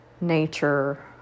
nature